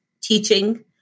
teaching